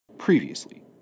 Previously